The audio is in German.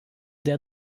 der